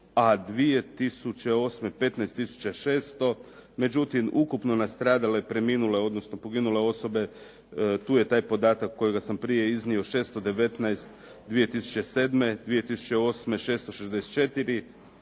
a 2008. 15 600, međutim ukupno nastradale preminule, odnosno poginule osobe. Tu je taj podatak kojega sam prije iznio, 619 2007., 2008. 664,